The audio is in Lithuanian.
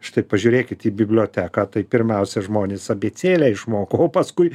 štai pažiūrėkit į biblioteką tai pirmiausia žmonės abėcėlę išmoko o paskui